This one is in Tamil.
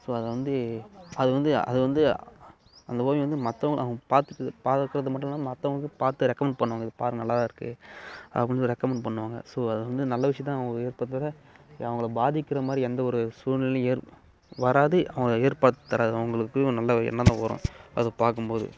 ஸோ அது வந்து அது வந்து அது வந்து அந்த ஓவியம் வந்து மற்றவுங்கள அவுங் பார்த்துட்டு பார்க்கறது மட்டும் இல்லாமல் மற்றவுங்களுக்கு பார்த்து ரெக்கமண்ட் பண்ணுவாங்க இது பார் நல்லா தான் இருக்குது அப்படின்னு சொல்லி ரெக்கமண்ட் பண்ணுவாங்க ஸோ அது வந்து நல்ல விஷயம் தான் அவங்களுக்கு ஏற்படுத்தது ஏ அவங்கள பாதிக்கிற மாதிரி எந்த ஒரு சூழ்நிலையும் ஏற் வராது அவங்கள ஏற்படுத்தறதும் அவங்களுக்குள் ஒரு நல்ல ஓ எண்ணம் தான் வரும் அது பார்க்கும்போது